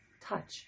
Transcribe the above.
touch